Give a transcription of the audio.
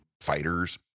fighters